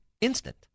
instant